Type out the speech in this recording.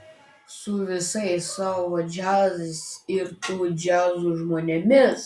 su visais savo džiazais ir tų džiazų žmonėmis